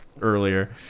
earlier